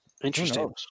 Interesting